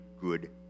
good